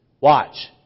Watch